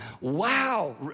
wow